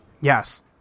Yes